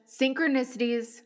Synchronicities